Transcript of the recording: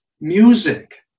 music